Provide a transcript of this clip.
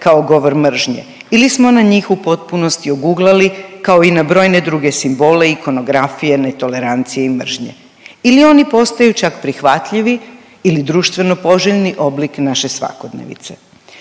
kao govor mržnje ili smo na njih u potpunosti oguglali, kao i na brojne druge simbole i konografije netolerancije i mržnje ili oni postaju čak prihvatljivi ili društveno poželjni oblik naše svakodnevnice?